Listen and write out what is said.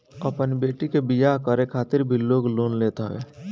अपनी बेटी के बियाह करे खातिर भी लोग लोन लेत हवे